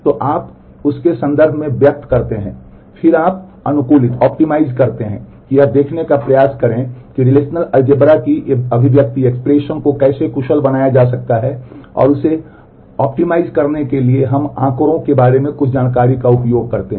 तो आप उस के संदर्भ में व्यक्त करते हैं फिर आप अनुकूलित करने के लिए हम आँकड़ों के बारे में कुछ जानकारी का उपयोग कर सकते हैं